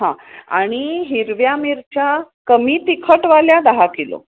हां आणि हिरव्या मिरच्या कमी तिखटवाल्या दहा किलो